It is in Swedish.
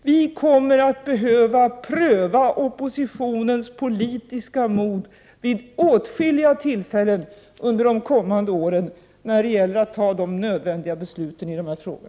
Vi kommer att behöva pröva oppositionens politiska mod vid åtskilliga tillfällen under de kommande åren när det gäller att fatta de nödvändiga besluten i dessa frågor.